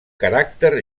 caràcter